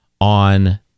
on